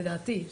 לדעתי.